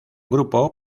grupo